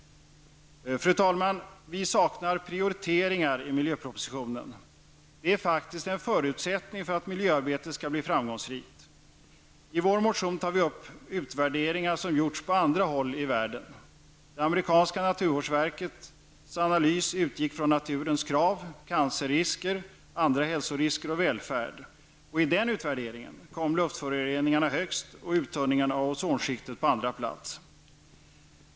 Fru talman! Vi saknar prioriteringar i miljöpropositionen. Det är faktiskt en förutsättning för att miljöarbetet skall bli framgångsrikt. I vår motion tar vi upp utvärderingar som gjorts på andra håll i världen. Det amerikanska naturvårdsverkets analys utgick från naturens krav, cancerrisker och andra hälsorisker och väldfärd. I denna utvärdering kom luftföroreningarna högst och uttunningen av ozonskiktet på andra plats.